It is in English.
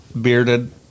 bearded